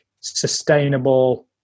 sustainable